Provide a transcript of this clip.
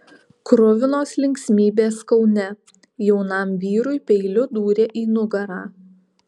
kruvinos linksmybės kaune jaunam vyrui peiliu dūrė į nugarą